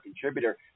contributor